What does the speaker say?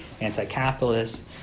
anti-capitalist